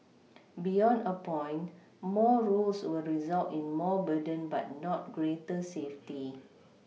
beyond a point more rules will result in more burden but not greater safety